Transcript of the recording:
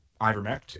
ivermectin